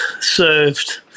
served